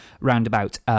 roundabout